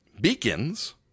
Beacons